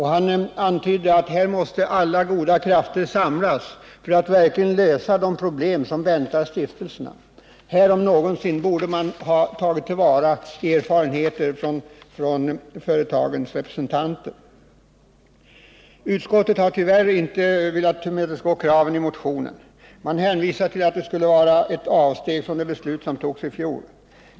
Han antydde att här måste alla goda krafter samlas för att verkligen lösa de problem som väntar stiftelserna. Här, om någonsin, borde man ha tagit till vara erfarenheter från företagens representanter. Utskottet har emellertid inte velat tillmötesgå kraven i motionen. Man hänvisar till att det skulle innebära ett avsteg från det beslut som fattades i fjol.